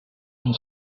and